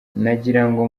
nagirango